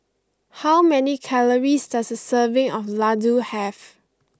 how many calories does a serving of laddu have